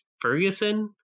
Ferguson